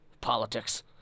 Politics